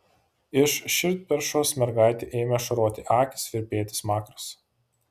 iš širdperšos mergaitei ėmė ašaroti akys virpėti smakras